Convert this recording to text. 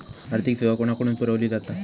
आर्थिक सेवा कोणाकडन पुरविली जाता?